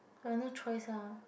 but no choice lah